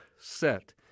set